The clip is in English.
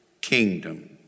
kingdom